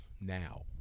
Now